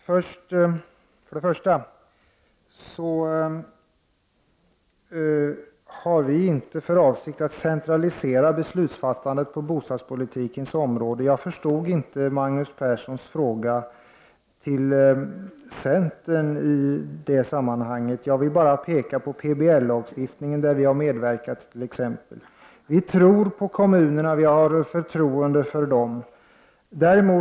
Herr talman! För det första har vi inte för avsikt att centralisera beslutsfattandet på bostadspolitikens område. Jag förstod inte den fråga Magnus Persson ställde till centern i det här sammanhanget. Jag vill peka på att vi t.ex. har medverkat till PBL-lagstiftningen. Vi i centerpartiet har förtroende för kommunerna.